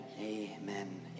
amen